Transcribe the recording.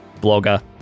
blogger